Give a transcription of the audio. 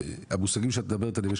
המושגים שאת מדברת עליהם,